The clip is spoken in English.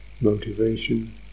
motivation